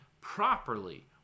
properly